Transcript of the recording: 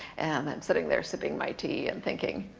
and i'm sitting there sipping my tea and thinking,